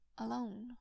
Alone